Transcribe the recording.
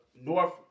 North